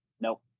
No